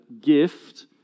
gift